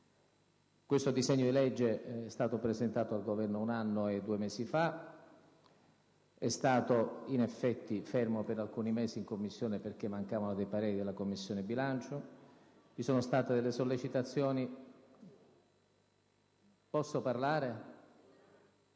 Questo disegno di legge è stato presentato dal Governo un anno e due mesi fa; è stato in effetti fermo per alcuni mesi in Commissione perché mancavano dei pareri della Commissione bilancio. Vi sono state delle sollecitazioni...